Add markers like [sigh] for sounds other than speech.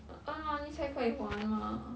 [noise] earn money 才可以玩吗